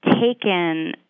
taken